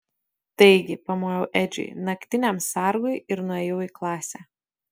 taigi pamojau edžiui naktiniam sargui ir nuėjau į klasę